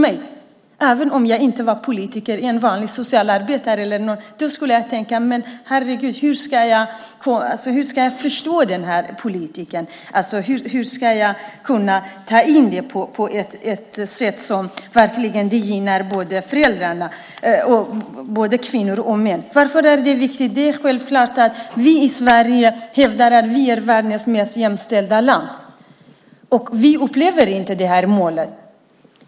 Även om jag inte var politiker eller en vanlig socialarbetare eller så skulle jag tänka: Men, Herre Gud, hur ska jag förstå den här politikern? Hur ska jag kunna ta in det som sägs som något som verkligen gynnar föräldrarna, både kvinnor och män? Varför är det här viktigt? Ja, det är självklart att vi i Sverige hävdar att Sverige är världens mest jämställda land. Men vi upplever inte det här målet.